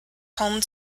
home